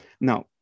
Now